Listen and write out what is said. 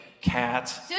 cat